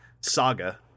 Saga